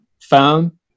phone